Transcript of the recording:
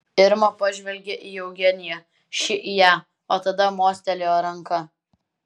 irma pažvelgė į eugeniją ši į ją o tada mostelėjo ranka